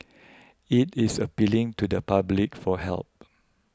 it is appealing to the public for help